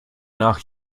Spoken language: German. nach